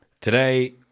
Today